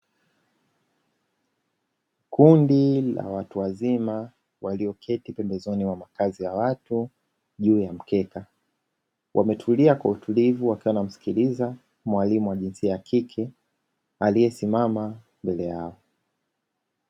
Kundi la watu wazima walioketi pembezoni mwa makazi ya watu juu ya mkeka, wametulia kwa utulivu wakiwa wanamsikiliza, mwalimu wa jinsia ya kike aliyesimama mbele yao.